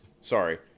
Sorry